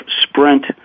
sprint